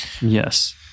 yes